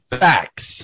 facts